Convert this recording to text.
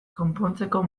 konpontzeko